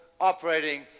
operating